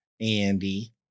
Andy